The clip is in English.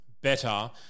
better